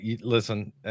Listen